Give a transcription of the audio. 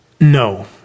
No